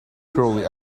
thoroughly